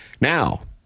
now